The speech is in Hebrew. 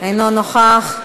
אינו נוכח.